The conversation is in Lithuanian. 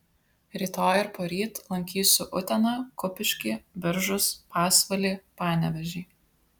rytoj ir poryt lankysiu uteną kupiškį biržus pasvalį panevėžį